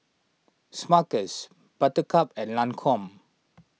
Smuckers Buttercup and Lancome